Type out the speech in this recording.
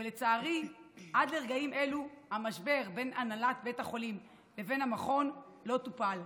ולצערי עד לרגעים אלו המשבר בין הנהלת בית החולים לבין המכון לא טופל.